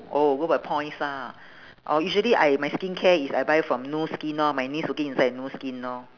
oh go by points lah oh usually I my skincare is I buy from nu skin lor my niece working inside nu skin lor